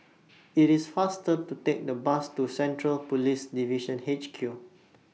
IT IS faster to Take The Bus to Central Police Division H Q